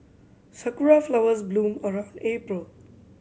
sakura flowers bloom around April